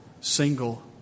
single